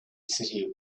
city